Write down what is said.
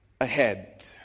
ahead